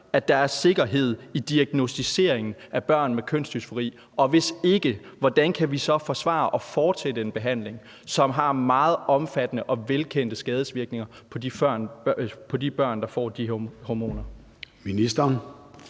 at der er sikkerhed i diagnosticeringen af børn med kønsdysfori, og hvis ikke, hvordan kan vi så forsvare at fortsætte en behandling, som har meget omfattende og velkendte skadesvirkninger på de børn, der får de hormoner?